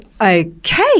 okay